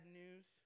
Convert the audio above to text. news